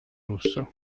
russo